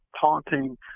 taunting